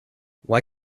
why